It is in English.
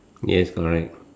yes correct